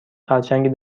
خرچنگ